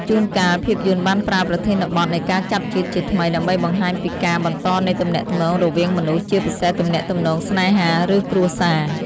ជួនកាល ភាពយន្តបានប្រើប្រធានបទនៃការចាប់ជាតិជាថ្មីដើម្បីបង្ហាញពីការបន្តនៃទំនាក់ទំនងរវាងមនុស្ស ជាពិសេសទំនាក់ទំនងស្នេហា ឬគ្រួសារ។